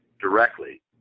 directly